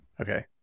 Okay